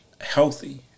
healthy